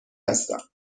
هستم